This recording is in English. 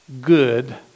good